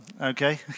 okay